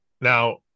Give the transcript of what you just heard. now